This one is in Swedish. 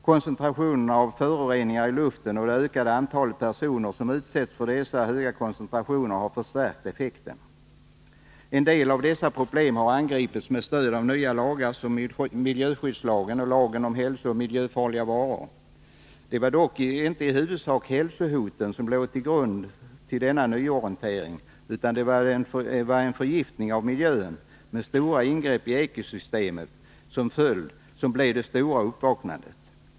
Koncentrationerna av föroreningar i luften och det ökade antalet personer som utsätts för dessa koncentrationer har förstärkt effekten. En del av dessa problem har angripits med stöd av nya lagar som miljöskyddslagen och lagen om hälsooch miljöfarliga varor. Det var dock inte i huvudsak hälsohoten som låg till grund för denna nya orientering, utan det var förgiftningen av miljön med stora ingrepp i ekosystemen som följd som ledde till det stora uppvaknandet.